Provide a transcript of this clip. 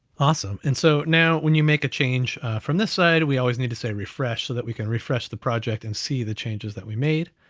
awesome, and so now when you make a change from this side, we always need to say refresh so that we can refresh the project, and see the changes that we made,